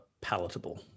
palatable